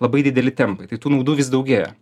labai dideli tempai tai tų nuodų vis daugėja